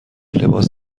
لباس